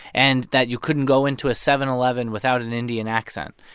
and that you couldn't go into a seven eleven without an indian accent.